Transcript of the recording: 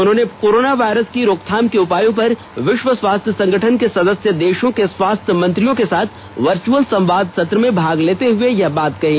उन्होंने corona virus की रोकथाम के उपायों पर विश्वा स्वास्थ्य संगठन के सदस्य देशों के स्वास्थ्य मंत्रियों के साथ वर्चअल संवाद सत्र में भाग लेते हुए यह बात कही